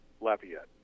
Lafayette